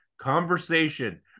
Conversation